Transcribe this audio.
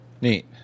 neat